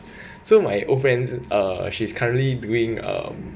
so my old friends uh she's currently doing um